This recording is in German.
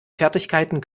fertigkeiten